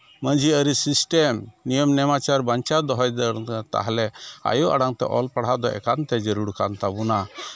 ᱢᱟᱹᱡᱷᱤ ᱟᱹᱨᱤ ᱥᱤᱥᱴᱮᱢ ᱱᱤᱭᱚᱢ ᱱᱮᱢᱟᱪᱟᱨ ᱵᱟᱧᱪᱟᱣ ᱫᱚᱦᱚᱭ ᱛᱟᱦᱚᱞᱮ ᱟᱭᱳ ᱟᱲᱟᱝ ᱛᱮ ᱚᱞ ᱯᱟᱲᱦᱟᱣ ᱫᱚ ᱮᱠᱟᱱᱛᱮ ᱡᱟᱹᱨᱩᱲ ᱠᱟᱱ ᱛᱟᱵᱳᱱᱟ